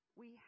We